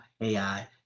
AI